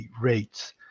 rates